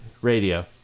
radio